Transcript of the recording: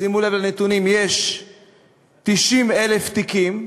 שימו לב לנתונים, יש 90,000 תיקים,